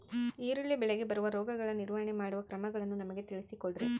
ಈರುಳ್ಳಿ ಬೆಳೆಗೆ ಬರುವ ರೋಗಗಳ ನಿರ್ವಹಣೆ ಮಾಡುವ ಕ್ರಮಗಳನ್ನು ನಮಗೆ ತಿಳಿಸಿ ಕೊಡ್ರಿ?